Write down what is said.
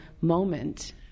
moment